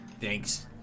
Thanks